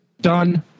done